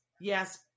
Yes